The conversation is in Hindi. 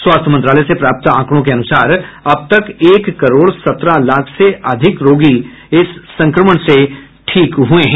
स्वास्थ्य मंत्रालय से प्राप्त आंकड़ों के अनुसार अब तक एक करोड सत्रह लाख से अधिक रोगी इस संक्रमण से ठीक हो चुके हैं